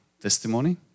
testimony